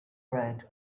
bread